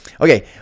okay